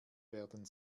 werden